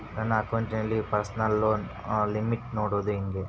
ನನ್ನ ಅಕೌಂಟಿನಲ್ಲಿ personal loan limit ನೋಡದು ಹೆಂಗೆ?